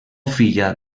filla